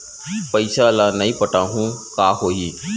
पईसा ल नई पटाहूँ का होही?